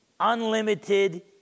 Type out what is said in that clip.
Unlimited